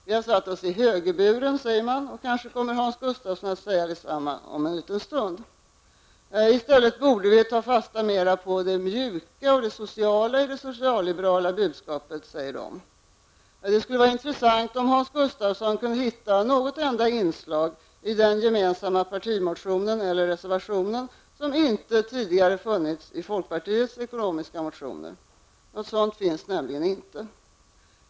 Vi har satt oss i högerburen, säger man. Kanske kommer Hans Gustafsson att säga detsamma om en liten stund. I stället borde vi ta mera fasta på det mjuka, det sociala i det socialliberala budskapet, säger de. Det skulle vara intressant att få veta om Hans Gustafsson kan hitta något enda inslag i den gemensamma partimotionen eller reservationen som inte tidigare funnits i folkpartiets ekonomiska motioner. Något sådant finns nämligen inte!